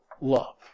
love